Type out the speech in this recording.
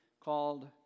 called